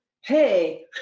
hey